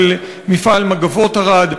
של מפעל "מגבות ערד".